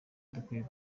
dukwiye